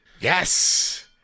Yes